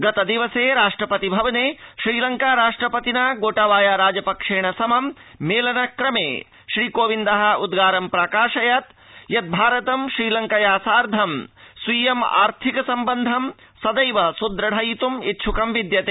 गतदिने राष्ट्रपति भवने श्रीलंका राष्ट्रपतिना गोटाबाया राजपक्षेण समं मेलनक्रमे श्रीकोविन्द उद्गारम् प्राकाशयत् यद् भारत श्रीलंकया सार्थं स्वीयम् आर्थिक सम्बन्धं सदैव सुद्र धितम् इच्छुकं विद्यते